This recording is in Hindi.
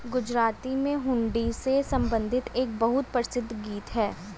गुजराती में हुंडी से संबंधित एक बहुत प्रसिद्ध गीत हैं